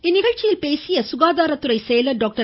இந்நிகழ்ச்சியில் பேசிய சுகாதாரத்துறை செயலர் டாக்டர்